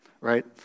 Right